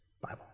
Bible